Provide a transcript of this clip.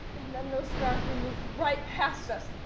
and then those guardsmen moved right passed us.